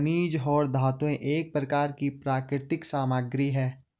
खनिज और धातुएं एक प्रकार की प्राकृतिक सामग्री हैं